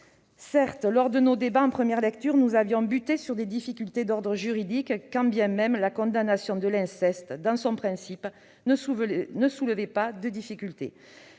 Certes, lors de nos débats en première lecture, nous avions buté sur des difficultés d'ordre juridique, quand bien même la condamnation de l'inceste dans son principe ne soulevait pas de difficultés.